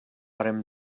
rem